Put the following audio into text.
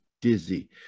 dizzy